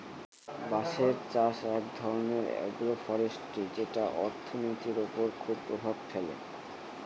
বাঁশের চাষ এক ধরনের এগ্রো ফরেষ্ট্রী যেটা অর্থনীতির ওপর খুব প্রভাব ফেলে